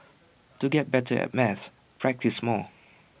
to get better at maths practise more